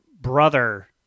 brother